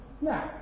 Now